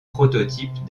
prototype